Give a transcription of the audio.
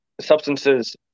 substances